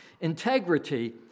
Integrity